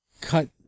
cut